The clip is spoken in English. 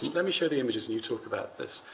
let me share the images and you talk about this.